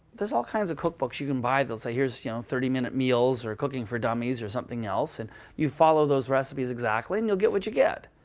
there's all kinds of cookbooks you can buy that'll say here's you know thirty minute meals, or cooking for dummies, or something else. and you follow those recipes exactly, and you'll get what you get.